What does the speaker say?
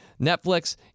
Netflix